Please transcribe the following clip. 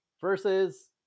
versus